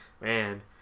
Man